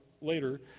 later